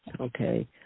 Okay